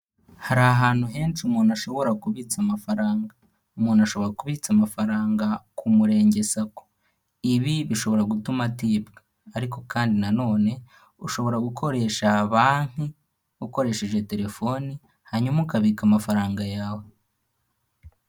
Hari ahantu henshi umuntu ashobora kubitsa amafaranga. Umuntu ashobora kubitsa amafaranga ku Murenge SACCO, ibi bishobora gutuma atibwa, ariko kandi nanone ushobora gukoresha banki ukoresheje telefoni hanyuma ukabika amafaranga yawe.